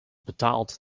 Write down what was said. betaalt